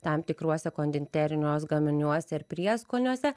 tam tikruose konditeriniuos gaminiuose ir prieskoniuose